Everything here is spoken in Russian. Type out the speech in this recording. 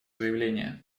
заявление